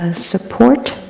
ah support